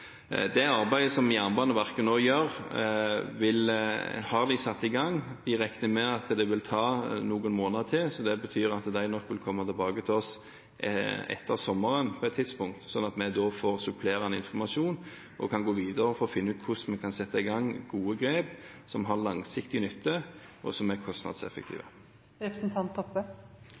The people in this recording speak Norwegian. Det arbeidet som Jernbaneverket nå gjør, har de satt i gang. De regner med at det vil ta noen måneder til, så det betyr at de nok vil komme tilbake til oss på et tidspunkt etter sommeren, sånn at vi da får supplerende informasjon og kan gå videre for å finne ut hvordan vi kan sette i gang gode grep som gir langsiktig nytte, og som er